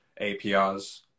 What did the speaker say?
APRs